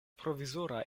provizora